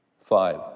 Five